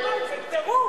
אדוני ראש הממשלה.